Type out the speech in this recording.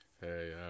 Hey